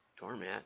Doormat